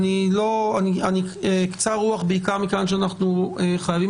אני קצר רוח בעיקר מכיוון שאנחנו חייבים